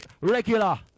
regular